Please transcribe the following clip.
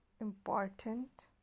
Important